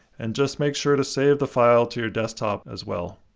and just make sure to save the file to your desktop as well.